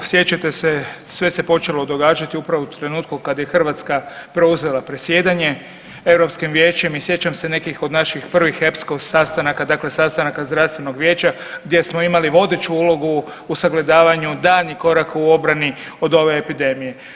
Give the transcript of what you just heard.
Sjećate se sve se počelo događati upravo u trenutku kad je Hrvatska preuzela predsjedanje Europskim vijećem i sjećam se nekih od naših EPSCO sastanaka dakle sastanaka zdravstvenog vijeća gdje smo imali vodeću ulogu u sagledavanju daljnjih koraka u obrani od ove epidemije.